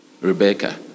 Rebecca